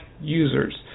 users